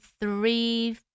three